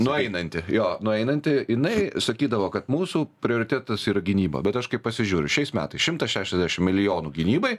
nueinant jo nueinanti jinai sakydavo kad mūsų prioritetas yra gynyba bet aš kaip pasižiūriu šiais metais šimtas šešiasdešim milijonų gynybai